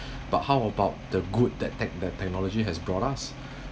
but how about the good that tech~ that technology has brought us